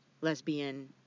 lesbian